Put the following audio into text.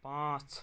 پانٛژھ